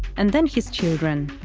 and then his children,